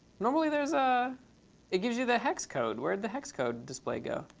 normally there's a it gives you the hex code. where did the hex code display go?